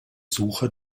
suche